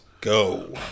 Go